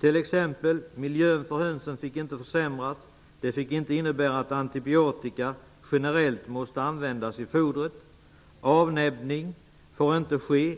T.ex. fick miljön för hönsen inte försämras. De nya systemen fick inte innebära att antibiotika generellt måste användas i fodret. Avnäbbning fick inte ske.